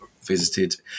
visited